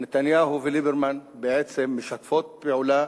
נתניהו וליברמן בעצם משתפות פעולה